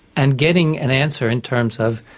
and getting an answer in terms of